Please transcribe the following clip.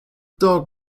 dog